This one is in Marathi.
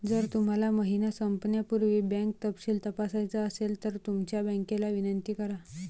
जर तुम्हाला महिना संपण्यापूर्वी बँक तपशील तपासायचा असेल तर तुमच्या बँकेला विनंती करा